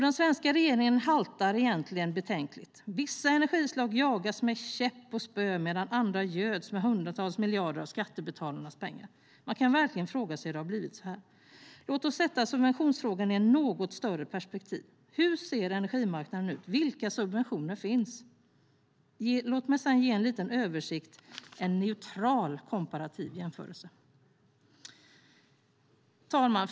Den svenska energipolitiken haltar egentligen betänkligt. Vissa energislag jagas med käpp och spö medan andra göds med hundratals miljarder av skattebetalarnas pengar. Man kan verkligen fråga sig hur det har blivit så här. Låt oss sätta in subventionsfrågan i ett något större perspektiv. Hur ser energimarknaden ut? Vilka subventioner finns? Låt mig sedan göra en liten översikt, en neutral komparativ jämförelse! Fru talman!